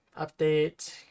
update